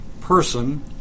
person